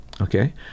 Okay